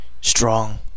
strong